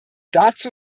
dazu